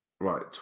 Right